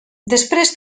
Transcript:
després